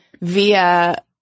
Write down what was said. via